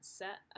set